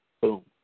Boom